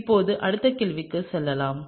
இப்போது அடுத்த கேள்விக்கு செல்லலாம்